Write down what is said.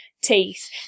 teeth